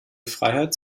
freiheit